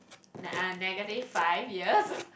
like I negative five years